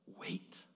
wait